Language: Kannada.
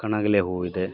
ಕಣಗಿಲೆ ಹೂ ಇದೆ